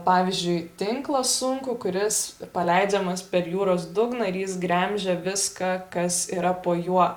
pavyzdžiui tinklą sunkų kuris paleidžiamas per jūros dugną ir jis gremžia viską kas yra po juo